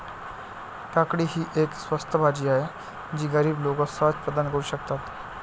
काकडी ही एक स्वस्त भाजी आहे जी गरीब लोक सहज प्रदान करू शकतात